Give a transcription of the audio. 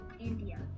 India